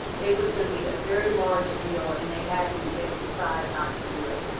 it was going to be a very large deal. and they had to then decide not to do it.